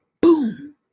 boom